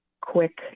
quick